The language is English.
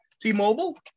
T-Mobile